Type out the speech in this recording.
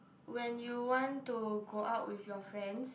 when you want to go out with your friends